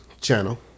channel